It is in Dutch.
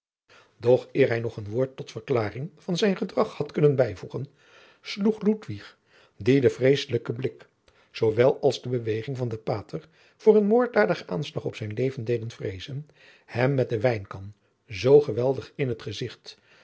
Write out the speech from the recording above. doch eer hij nog een woord tot verklaring van zijn gedrag had kunnen bijvoegen sloeg ludwig dien de vreesselijke blik zoowel als de beweging van den pater voor een moorddadigen aanslag op zijn leven deden vreezen hem met de wijnkan zoo geweldig in t gezicht